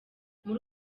muri